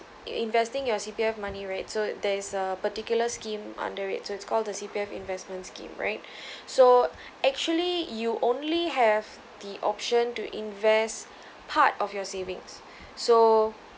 i~ investing your C_P_F money right so there is a particular scheme under it so its called the C_P_F investment scheme right so actually you only have the option to invest part of your savings so